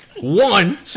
one